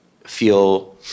feel